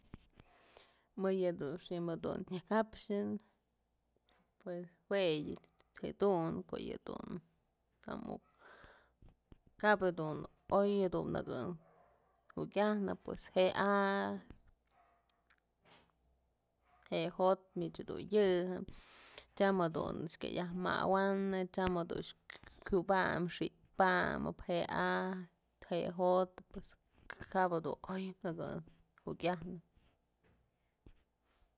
Mëyë dun xim jedun nyakapxën pue jue yëdun ko'o yë të muk, kap jedun oy dun nëkë jukyajnëp pues je'e a'a je'e jo'ot mich dun yëjën tyam jedun kya yaj mawa'anë tyam jedun kyubam xi'ipamëm je'e a'a je'e jo'ot pues kap dun oy nëkë jukyajnëp.